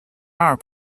our